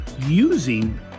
using